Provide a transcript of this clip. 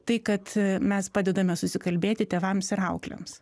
tai kad mes padedame susikalbėti tėvams ir auklėms